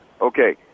Okay